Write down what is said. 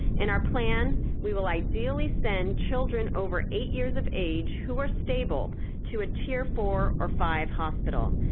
in our plan, we will ideally send children over eight years of age who are stable to a tier four or five hospital.